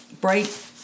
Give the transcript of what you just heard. bright